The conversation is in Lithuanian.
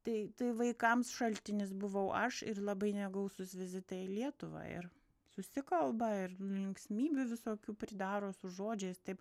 tai tai vaikams šaltinis buvau aš ir labai negausūs vizitai į lietuvą ir susikalba ir linksmybių visokių pridaro su žodžiais taip